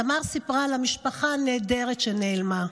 תמר סיפרה על המשפחה הנהדרת שנעלמה,